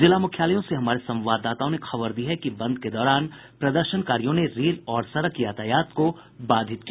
जिला मुख्यालयों से हमारे संवाददाताओं ने खबर दी है कि बंद के दौरान प्रदर्शनकारियों ने रेल और सड़क यातायात को बाधित किया